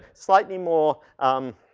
slightly more, um,